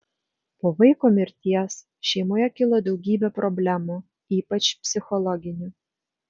po vaiko mirties šeimoje kilo daugybė problemų ypač psichologinių